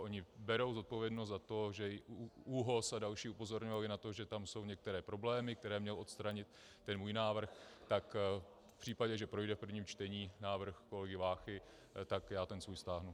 Ony berou zodpovědnost za to, že i ÚOHS a další upozorňovaly na to, že tam jsou některé problémy, které měl odstranit ten můj návrh, tak v případě, že projde v prvním čtení návrh kolegy Váchy, tak já ten svůj stáhnu.